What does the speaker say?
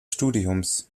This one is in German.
studiums